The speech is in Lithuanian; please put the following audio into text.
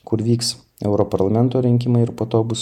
kur vyks europarlamento rinkimai ir po to bus